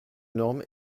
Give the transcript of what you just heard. normes